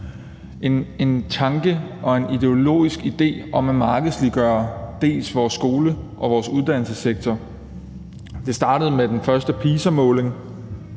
En tanke og en ideologisk idé om at markedsliggøre vores skole og vores uddannelsessektor. Det startede med den første PISA-måling,